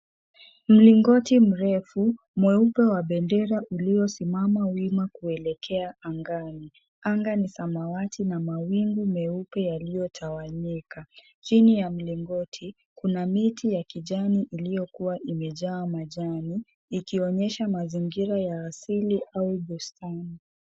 Mlingoti mrefu mweupe wa bendera iliyosimama wima kuelekea angani, anga ni samawati na mawingu meupe yaliyotawanyika, chini ya mlingoti kuna miti yenye kijani iliyokuwa imejaa majani ikionyesha mazingira ya asili au bustani.